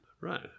Right